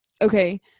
okay